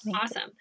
Awesome